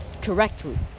correctly